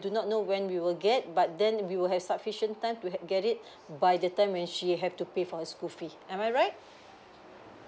do not know when we will get but then we will have sufficient time to hav~ get it by the time when she has to pay for her school fees am I right